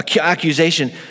accusation